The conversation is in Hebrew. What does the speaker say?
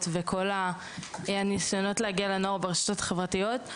וכל הניסיונות להגיע אל הנוער ברשתות החברתיות,